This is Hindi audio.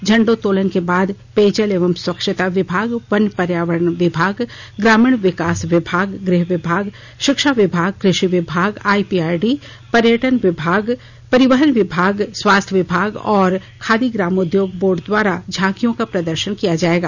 झंडोत्तोलन के बाद पेयजल एवं स्वच्छता विभाग वन पर्यावरण विभाग ग्रामीण विकास विभाग गृह विभाग शिक्षा विभाग कृषि विभाग आईपीआरडी पर्यटन विभाग परिवहन विभाग स्वास्थ्य विभाग और खादी ग्रामोद्योग बोर्ड द्वारा झांकियो का प्रदर्शन किया जायेगा